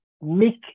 Make